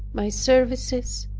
my services